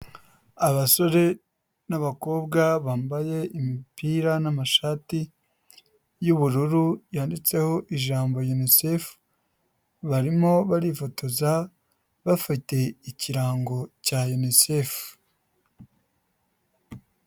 Abasore n'abakobwa bambaye imipira n'amashati y'ubururu, yanditseho ijambo Unicef, barimo barifotoza bafite ikirango cya Unicef.